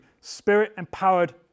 Spirit-empowered